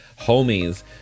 homies